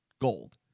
gold